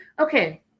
okay